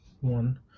one